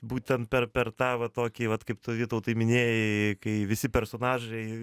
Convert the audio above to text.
būtent per per tą va tokį vat kaip tu vytautai minėjai kai visi personažai